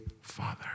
Father